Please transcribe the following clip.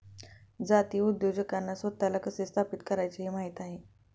जातीय उद्योजकांना स्वतःला कसे स्थापित करायचे हे माहित आहे